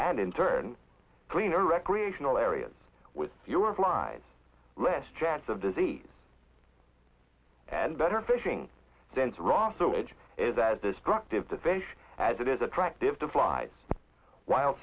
and in turn cleaner recreational areas with fewer flies less chance of disease and better fishing since raw sewage is as destructive division as it is attractive to flies while